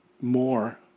more